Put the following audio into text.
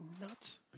nuts